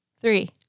three